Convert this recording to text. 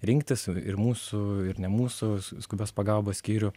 rinktis ir mūsų ir ne mūsų skubios pagalbos skyrių